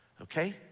Okay